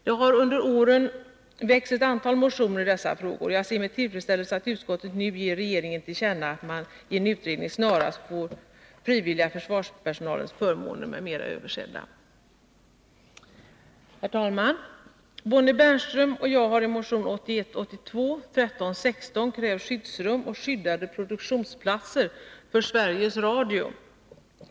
Det har under åren väckts ett antal motioner i dessa frågor, och jag ser med tillfredsställelse att utskottet nu ger regeringen till känna att man i en utredning snarast vill få frivilliga försvarspersonalens förmåner m.m. översedda. Herr talman! Bonnie Bernström och jag har i motion 1981/82:1316 krävt skyddsrum och skyddade produktionsplatser för Sveriges Radio.